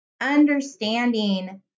understanding